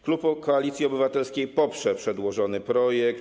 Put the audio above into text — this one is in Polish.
Klub Koalicji Obywatelskiej poprze przedłożony projekt.